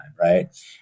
Right